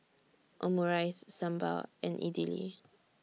Omurice Sambar and Idili